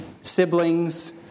siblings